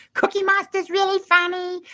cookie monster is really funny.